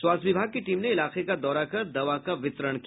स्वास्थ्य विभाग की टीम ने इलाके का दौरा कर दवा का वितरण किया